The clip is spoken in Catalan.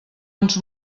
ens